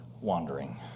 wandering